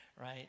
right